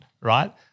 Right